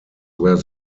where